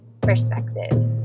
perspectives